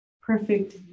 perfect